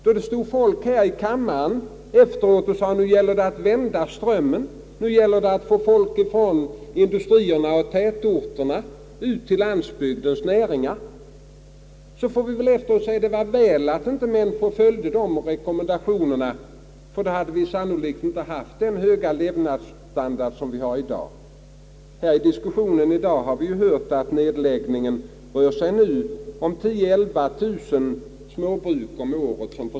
Folk stod här i kammaren och sade: Nu gäller det att vända strömmen, nu gäller det att få folk ifrån industrierna, tätorterna ut till landsbygdens näringar. Nu efteråt får vi väl säga att det var väl att riksdagen inte följde dessa rekommendationer, ty då hade vi sannolikt inte haft den höga levnadsstandard som vi har i dag. I diskussionen i dag har vi hört att nedläggningen rör sig om 10000 å 11 000 småbruk om året.